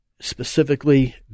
specifically